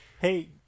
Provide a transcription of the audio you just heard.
Hey